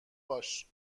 باش